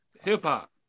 hip-hop